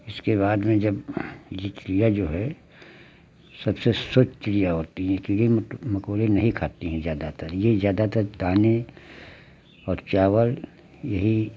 इसके बाद में जब यह चिड़िया जो है सबसे स्वच्छ चिड़िया होती है कीड़े मट मकोड़े नहीं खाती हैं ज़्यादातर यह ज़्यादातर दाने और चावल यही